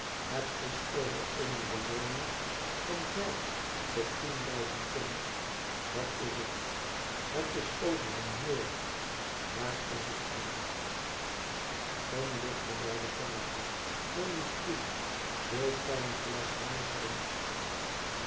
thet is over eene belooning van vijf tot tien duizend pond dat is het het is over een moord daar is het over t kom dichter bij de tafel neem een stoel wilt gij een glas wijn hebben